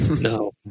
no